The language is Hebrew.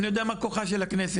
אני יודע מה כוחה של הכנסת,